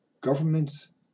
Governments